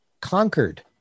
conquered